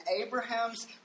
Abraham's